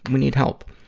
we need help.